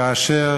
כאשר